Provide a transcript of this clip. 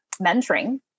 mentoring